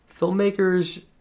filmmakers